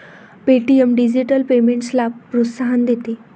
Paytm digital पेमेंट्सला प्रोत्साहन देते